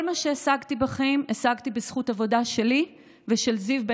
כל מה שהשגתי בחיים השגתי בזכות עבודה שלי ושל זיו,